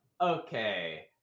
Okay